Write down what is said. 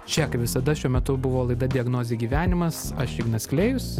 čia kaip visada šiuo metu buvo laida diagnozė gyvenimas aš ignas klėjus